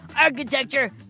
architecture